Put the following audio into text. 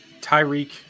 Tyreek –